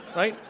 right?